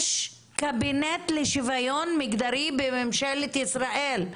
יש קבינט לשוויון מגדרי בממשלת ישראל,